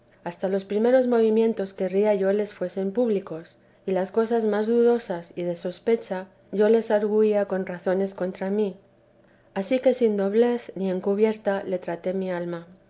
hasta los primeros movimientos querría yo les fuesen públicos y las cosas más dudosas y de sospecha yo les argüía con razones contra mí ansí que sin doblez ni encubierta le traté mi alma